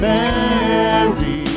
Mary